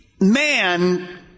man